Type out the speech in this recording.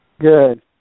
Good